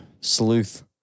Sleuth